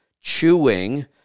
chewing